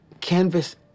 canvas